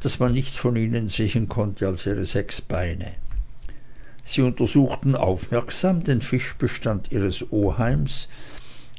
daß man nichts von ihnen sehen konnte als ihre sechs beine sie untersuchten aufmerksam den fischbestand ihres oheims